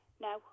No